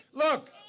look,